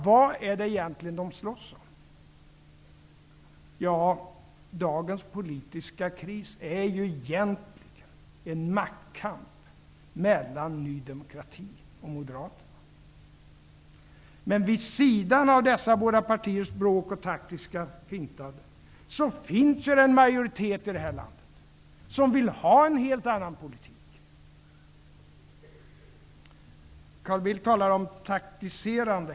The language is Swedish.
Vad är det egentligen som de slåss om? Dagens politiska kris handlar ju egentligen om en maktkamp mellan Ny demokrati och Moderaterna. Men vid sidan av dessa båda partiers bråk och taktiska fintande finns en majoritet i det här landet som vill ha en helt annan politik. Carl Bildt talade tidigare om taktiserande.